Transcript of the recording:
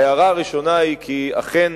ההערה הראשונה היא כי אכן,